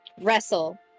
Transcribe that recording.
Wrestle